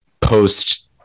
post